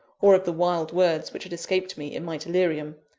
or of the wild words which had escaped me in my delirium,